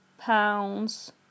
pounds